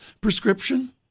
prescription